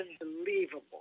unbelievable